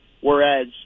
Whereas